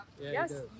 Yes